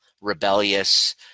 rebellious